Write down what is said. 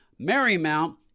Marymount